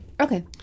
Okay